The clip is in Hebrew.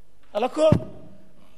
או שהוא היה הופך את זה לקצבה.